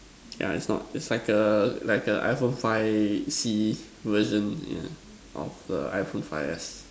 yeah it's not it's like a like a iPhone five C version yeah of the iPhone five S